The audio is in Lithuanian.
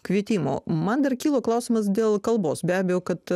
kvietimu man dar kilo klausimas dėl kalbos be abejo kad